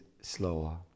slower